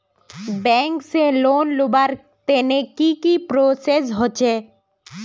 Bank से loan लुबार तने की की प्रोसेस होचे?